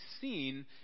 seen